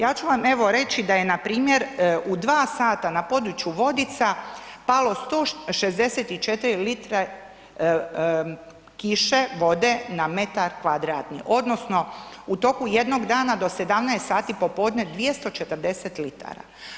Ja ću vam, evo, reći da je npr. u 2 h na području Vodica palo 164 litre kiše, vode, na metar kvadratni, odnosno u toku jednog dana do 17 h popodne 240 litara.